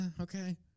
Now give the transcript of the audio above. okay